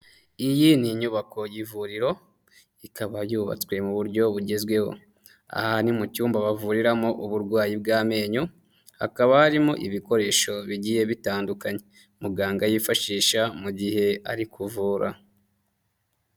Iyi ni inyubako y'ivuriro, ikaba yubatswe mu buryo bugezweho. Aha ni mu cyumba bavuriramo uburwayi bw'amenyo, hakaba harimo ibikoresho bigiye bitandukanye. Muganga yifashisha mu gihe ari kuvura.